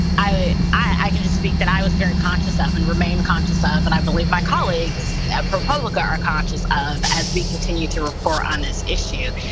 i i can just speak that i was very conscious of and remain conscious ah of, and i believe my colleagues at propublica are conscious of, as we continue to report on this issue,